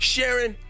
Sharon